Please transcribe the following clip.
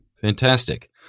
Fantastic